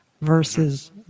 versus